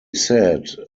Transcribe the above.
said